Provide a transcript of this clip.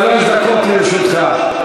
שלוש דקות לרשותך.